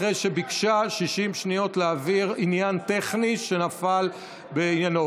אחרי שביקשה 60 שניות להעביר עניין טכני שנפל בעניינה.